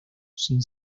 sin